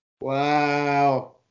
Wow